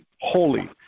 holy